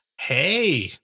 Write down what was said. Hey